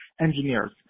engineers